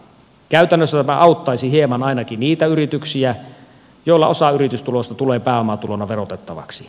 käytännössä tämä auttaisi hieman ainakin niitä yrityksiä joilla osa yritystuloista tulee pääomatulona verotettavaksi